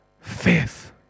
faith